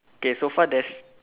okay so far there's